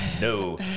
No